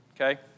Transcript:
okay